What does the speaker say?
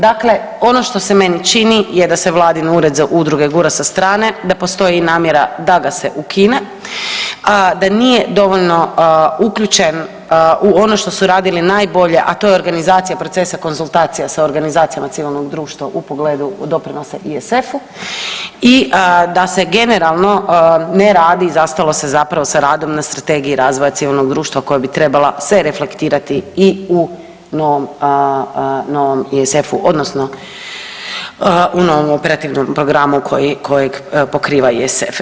Dakle, ono što se meni čini je da se Vladin ured za udruge gura sa strane, da postoji i namjera da ga se ukine, da nije dovoljno uključen u ono što su radili najbolje a to je organizacija procesa konzultacija sa organizacijama civilnog društva u pogledu doprinosa ESF-u i da se generalno ne radi, zastalo se zapravo sa radom na Strategiji razvoja civilnog društva koja bi trebala se reflektirati i u novom ESF-u odnosno u novom operativnom programu kojeg pokriva ESF.